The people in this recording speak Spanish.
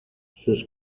sus